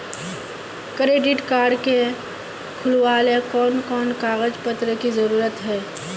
Credit card के खुलावेले कोन कोन कागज पत्र की जरूरत है?